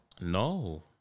No